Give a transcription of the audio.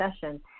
session